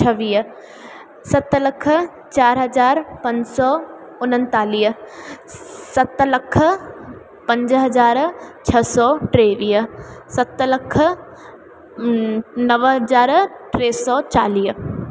छवीह सत लखु चारि हज़ार पंज सौ उनतालीह सत लखु पंज हज़ार छह सौ टेवीह सत लखु नव हज़ार टे सौ चालीह